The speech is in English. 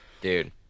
dude